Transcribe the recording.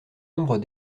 nombre